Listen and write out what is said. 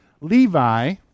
Levi